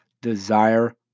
desire